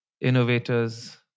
innovators